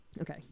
Okay